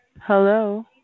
Hello